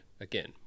again